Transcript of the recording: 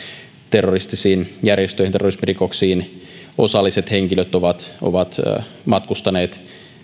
terroristisiin järjestöihin ja terrorismirikoksiin osalliset henkilöt ovat ovat matkustaneet